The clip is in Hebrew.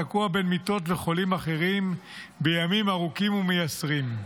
תקוע בין מיטות וחולים אחרים בימים ארוכים ומייסרים.